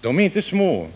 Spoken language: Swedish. dessa svårigheter är inte obetydliga.